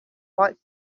quite